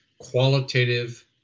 qualitative